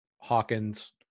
Hawkins